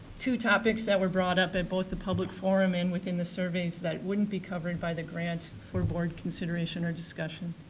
two topics that were brought up at both the public forum, and within the service that would be covered by the grant for board consideration or discussion.